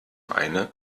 eine